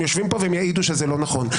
הם יעידו שזה לא נכון.